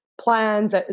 plans